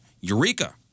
Eureka